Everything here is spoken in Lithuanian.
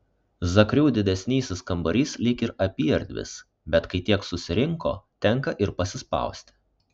zakrių didesnysis kambarys lyg ir apyerdvis bet kai tiek susirinko tenka ir pasispausti